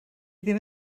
ddim